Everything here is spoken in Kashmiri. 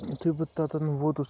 یُتھٕے بہٕ تتٮ۪ن ووتُس